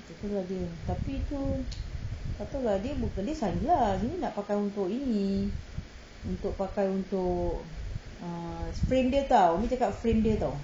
takpe lah dia tapi tu tak tahu lah dia sunglass umi nak pakai untuk ni untuk pakai untuk err frame [tau] umi cakap frame dia [tau]